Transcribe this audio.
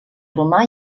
romà